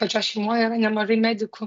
pačioj šeimoj yra nemažai medikų